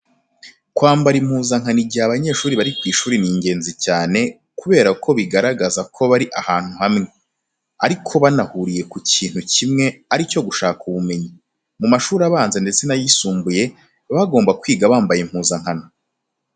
Kwambara impuzankano igihe abanyeshuri bari ku ishuri ni ingenzi cyane kubera ko bigaragaza ko bari ahantu hamwe, ariko banahuriye ku kintu kimwe ari cyo gushaka ubumenyi. Mu mashuri abanza ndetse n'ayisumbuye baba bagomba kwiga bambaye impuzankano.